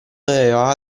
aveva